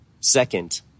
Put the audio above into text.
Second